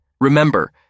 Remember